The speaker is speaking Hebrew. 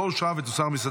לא נתקבלה.